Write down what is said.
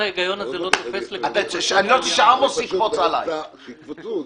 אני באמצע הישיבה בוועדת הפנים.